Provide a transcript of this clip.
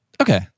Okay